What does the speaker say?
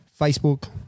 Facebook